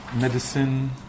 medicine